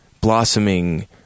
blossoming